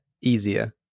Easier